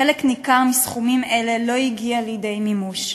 חלק ניכר מסכומים אלה לא הגיע לידי מימוש,